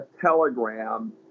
telegram